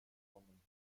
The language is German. kommen